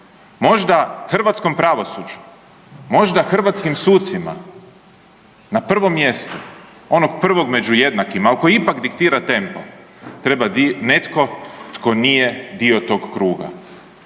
možda hrvatskom pravosuđu, možda hrvatskim sucima na prvom mjestu onog prvog među jednakima, a koji ipak diktira tempo, treba netko tko nije dio tog kruga,